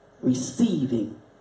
receiving